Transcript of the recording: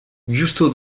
giusto